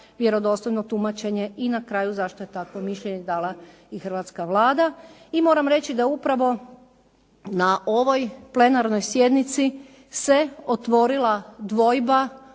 vjerodostojno tumačenje i na kraju zašto je takvo mišljenje dala i hrvatska Vlada. I moram reći da upravo na ovoj plenarnoj sjednici se otvorila dvojba